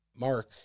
Mark